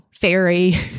fairy